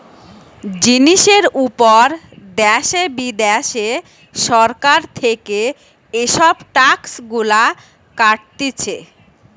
জিনিসের উপর দ্যাশে বিদ্যাশে সরকার থেকে এসব ট্যাক্স গুলা কাটতিছে